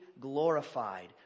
glorified